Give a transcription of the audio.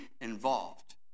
involved